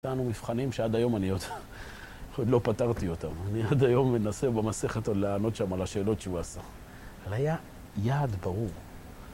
נתנו מבחנים שעד היום אני עוד לא פתרתי אותם. אני עד היום מנסה במסכת לענות שם על השאלות שהוא עשה. אבל היה יעד ברור.